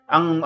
Ang